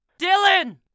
Dylan